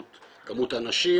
כמות אנשים,